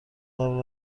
قبل